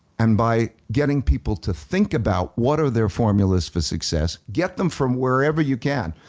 and by getting people to think about what are their formulas for success, get them from wherever you can.